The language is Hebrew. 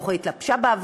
או איך היא התלבשה בעבר,